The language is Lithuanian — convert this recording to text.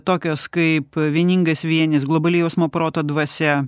tokios kaip vieningas vienis globali jausmo proto dvasia